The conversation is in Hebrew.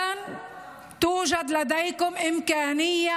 מחר יש לכם אפשרות אמיתית,